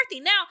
Now